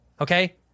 okay